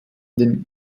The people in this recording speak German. den